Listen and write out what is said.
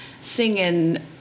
singing